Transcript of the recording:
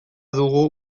dugu